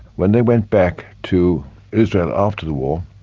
when they went back to israel after the war,